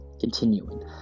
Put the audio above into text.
Continuing